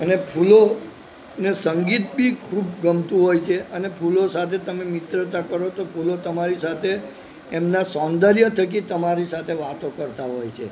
અને ફૂલોને સંગીત બી ખૂબ ગમતું હોય છે અને ફૂલો સાથે તમે મિત્રતા કરો તો ફૂલો તમારી સાથે એમના સૌંદર્ય થકી તમારી સાથે વાતો કરતા હોય છે